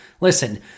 Listen